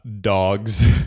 dogs